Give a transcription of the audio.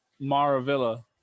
Maravilla